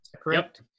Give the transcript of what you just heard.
correct